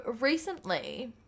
recently